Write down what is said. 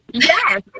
Yes